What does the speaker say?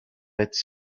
its